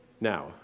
Now